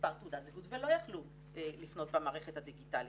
מספר תעודת זהות ולא יכלו לפנות במערכת הדיגיטלית.